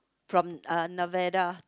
from uh Nevada